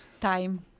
time